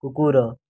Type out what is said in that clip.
କୁକୁର